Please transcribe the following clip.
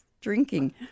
drinking